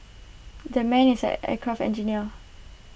that man is an aircraft engineer